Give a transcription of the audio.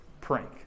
prank